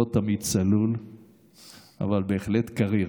לא תמיד צלול אבל בהחלט קריר.